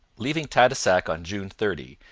leaving tadoussac on june thirty,